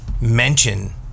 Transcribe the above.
mention